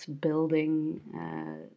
building